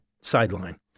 sideline